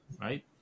right